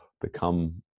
become